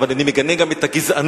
אבל אני מגנה גם את הגזענות,